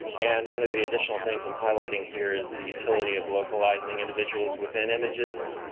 and one of the additional things i'm highlighting here is the utility of localizing individuals within images.